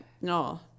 No